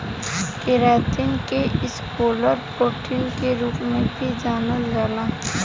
keratin के scleral protein के रूप में भी जानल जाला